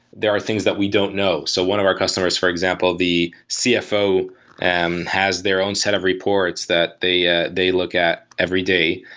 there are things that we don't know. so one of our customers, for example, the cfo and has their own set of reports that they ah they look at every day,